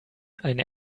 eine